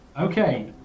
Okay